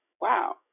Wow